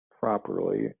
properly